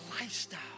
lifestyle